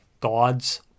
God's